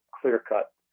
clear-cut